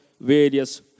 various